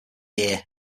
year